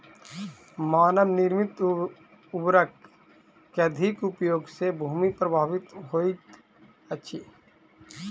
मानव निर्मित उर्वरक के अधिक उपयोग सॅ भूमि प्रभावित होइत अछि